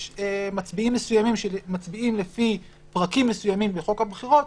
יש מצביעים מסוימים שמצביעים לפי פרקים מסוימים בחוק הבחירות,